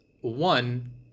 one